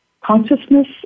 Consciousness